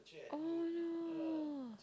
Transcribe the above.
oh no